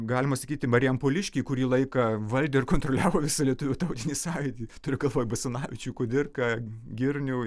galima sakyti marijampoliškiai kurį laiką valdė ir kontroliavo visą lietuvių tautinį sąjūdį turiu galvoj basanavičių kudirką girnių